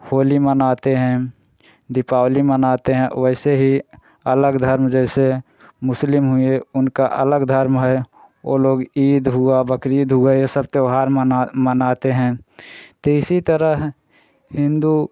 होली मनाते हैं दीपावली मनाते हैं वैसे ही अलग धर्म जैसे मुस्लिम हुए उनका अलग धर्म है वे लोग ईद हुआ बकरीद हुआ ये सब त्यौहार मना मनाते हैं तो इस तरह हिन्दू